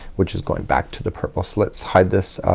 which is going back to the purple. so let's hide this